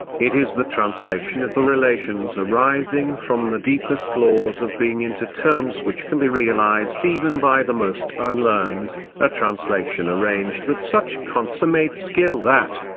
it is the translation of the relations arising from the deepest laws of being into terms which can be realised even by the most unlearned a translation arranged with such consummate skill that,